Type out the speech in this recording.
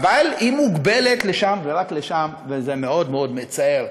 אבל היא מוגבלת לשם ורק לשם, וזה מאוד מאוד מצער.